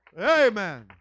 Amen